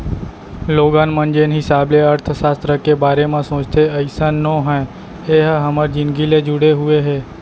लोगन मन जेन हिसाब ले अर्थसास्त्र के बारे म सोचथे अइसन नो हय ए ह हमर जिनगी ले जुड़े हुए हे